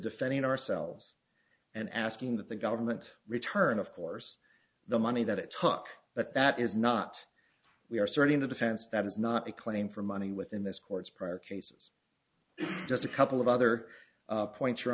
defending ourselves and asking that the government return of course the money that it took but that is not we are starting the defense that is not a claim for money within this court's prior cases just a couple of other points